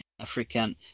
African